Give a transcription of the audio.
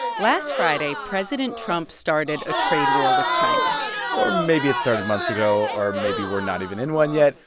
last friday, president trump started a trade war with china or maybe it started months ago, or maybe we're not even in one yet.